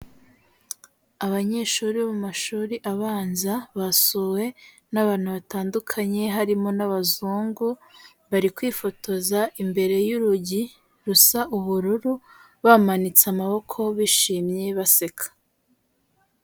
Abanyeshuri bo mu mashuri abanza basuwe n'abantu batandukanye harimo n'abazungu, bari kwifotoza imbere y'urugi rusa ubururu bamanitse amaboko bishimye baseka.